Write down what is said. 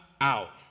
out